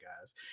guys